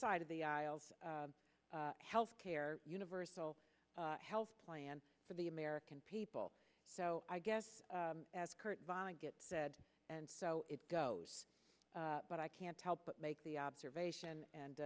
side of the aisles of health care universal health plan for the american people so i guess as kurt vonnegut said and so it goes but i can't help but make the observation and